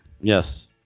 Yes